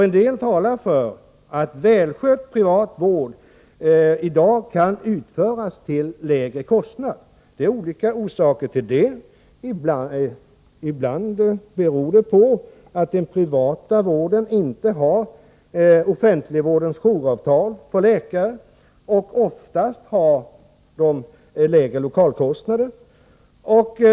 En del talar för att välskött privatvård i dag kan utföras till lägre kostnad. Det finns olika orsaker till det. Ibland beror det på att den privata vården inte har offentligvårdens jouravtal för läkare, och oftast har man lägre lokalkostnader.